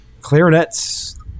clarinets